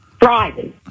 driving